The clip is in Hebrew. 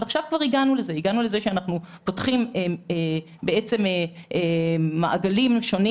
אבל עכשיו כבר הגענו למצב שאנחנו פותחים מעגלים שונים